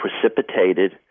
precipitated